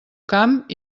camp